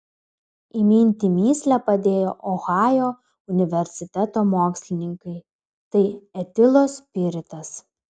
įminti mįslę padėjo ohajo universiteto mokslininkai tai etilo spiritas